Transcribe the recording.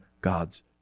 God's